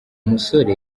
musore